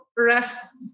rest